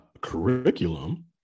curriculum